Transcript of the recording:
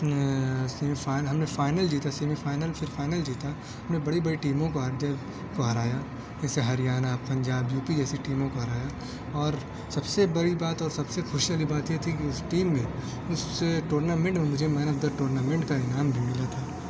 semi final ہم نے final جیتا سیمی فائنل پھر فائنل جیتا ہم نے بڑی بڑی ٹیموں کو ہارتے کو ہرایا جیسے ہریانہ پنجاب یوپی جیسی ٹیموں کو ہرایا اور سب سے بڑی بات اور سب سے خوشی والی بات یہ تھی کہ اس ٹیم میں اس ٹورنامنٹ میں مجھے مین آف دا ٹورنامنٹ کا انعام بھی ملا تھا